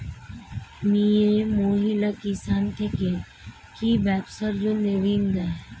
মিয়ে মহিলা কিষান থেকে কি ব্যবসার জন্য ঋন দেয়?